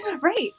right